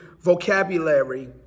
vocabulary